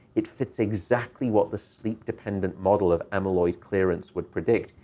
it fits exactly what the sleep-dependent model of amyloid clearance would predict.